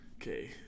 okay